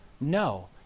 No